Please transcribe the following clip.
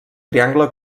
triangle